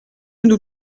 nous